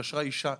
התקשרה אישה,